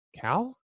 Cal